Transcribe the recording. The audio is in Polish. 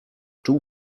czuł